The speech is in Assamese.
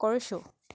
কৰিছোঁ